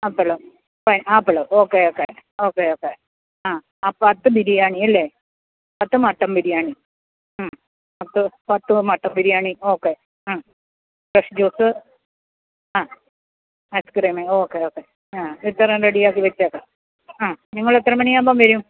apple apple okay okay okay okay ആ പത്ത് ബിരിയാണി അല്ലേ പത്ത് മട്ടൻ ബിരിയാണി മ്മ് അപ്പോൾ പത്ത് മട്ടൻ ബിരിയാണി ഓക്കേ മ്മ് ഫ്രഷ് ജൂസ് ആ ഐസ് ക്രീമ് ഓക്കേ ഓക്കേ ആ ഇത്രയും റെഡിയാക്കി വെച്ചേക്കാം ആ നിങ്ങളെത്ര മണി ആകുമ്പം വരും